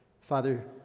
Father